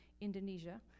Indonesia